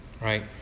right